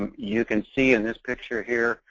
um you can see in this picture here,